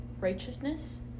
Righteousness